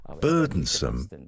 burdensome